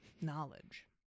Knowledge